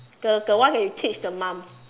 the the one that you teach the mum